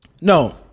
No